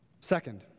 Second